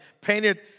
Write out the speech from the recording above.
painted